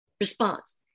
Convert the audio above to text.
response